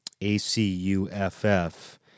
A-C-U-F-F